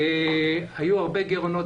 בהתחלה היו הרבה גירעונות.